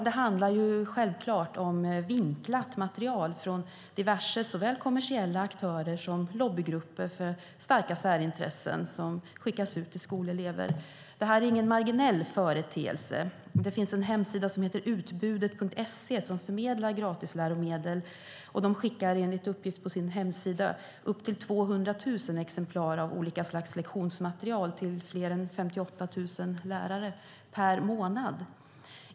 Det handlar självfallet om vinklat material från diverse aktörer, såväl kommersiella aktörer som lobbygrupper för starka särintressen, som skickas ut till skolelever. Och detta är ingen marginell företeelse. Det finns en hemsida som heter Utbudet.se som förmedlar gratisläromedel. De skickar, enligt uppgift på hemsidan, upp till 200 000 exemplar av olika slags lektionsmaterial till fler än 58 000 lärare - per månad!